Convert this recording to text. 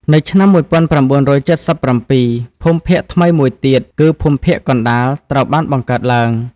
នៅឆ្នាំ១៩៧៧ ភូមិភាគថ្មីមួយទៀត គឺភូមិភាគកណ្តាលត្រូវបានបង្កើតឡើង។